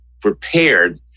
prepared